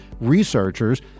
researchers